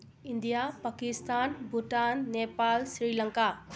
India Pakistan Bhutan Nepal Sri Lanka